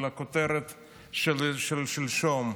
על הכותרת של שלשום,